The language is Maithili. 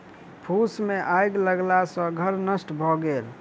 फूस मे आइग लगला सॅ घर नष्ट भ गेल